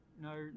no